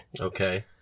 Okay